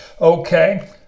Okay